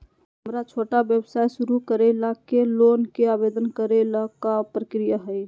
हमरा छोटा व्यवसाय शुरू करे ला के लोन के आवेदन करे ल का प्रक्रिया हई?